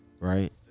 right